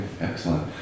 excellent